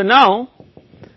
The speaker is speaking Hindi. परिकल्पना सही है